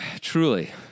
Truly